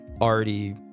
already